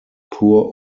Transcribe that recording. poor